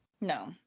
No